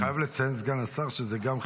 אני חייב לציין, סגן השר, שזה גם חילונים,